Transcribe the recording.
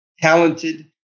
talented